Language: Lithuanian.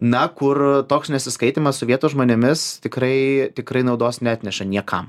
na kur toks nesiskaitymas su vietos žmonėmis tikrai tikrai naudos neatneša niekam